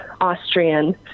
Austrian